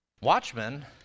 Watchmen